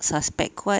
suspect kuat